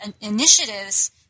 initiatives